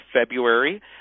February